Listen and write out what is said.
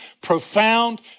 profound